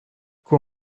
quoi